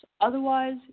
otherwise